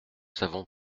savons